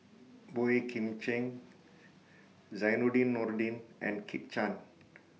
Boey Kim Cheng Zainudin Nordin and Kit Chan